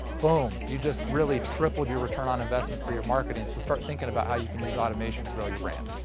boom. you just really tripled your return on your investment for your marketing. so start thinking about how you can use automation to grow your brand.